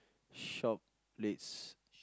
shop place